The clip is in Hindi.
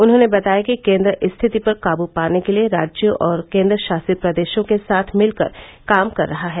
उन्होंने बताया कि केंद्र स्थिति पर काबूपाने के लिए राज्यों और केंद्रशासित प्रदेशों के साथ मिलकर कामकर रहा है